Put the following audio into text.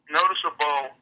noticeable